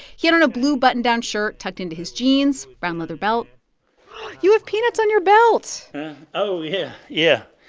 he had on a blue button-down shirt tucked into his jeans, brown leather belt you have peanuts on your belt oh, yeah. yeah.